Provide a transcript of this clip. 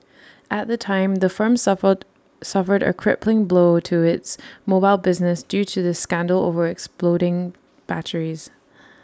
at the time the firm suffered suffered A crippling blow to its mobile business due to the scandal over exploding batteries